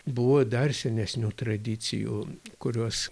buvo dar senesnių tradicijų kurios